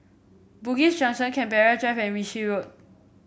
Bugis Junction Canberra Drive and Ritchie Road